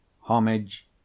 homage